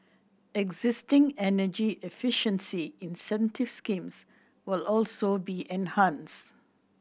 existing energy efficiency incentive schemes will also be enhanced